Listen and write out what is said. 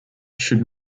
should